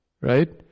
right